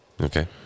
Okay